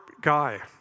guy